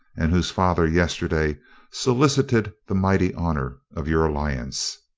and whose father yesterday solicited the mighty honour of your alliance.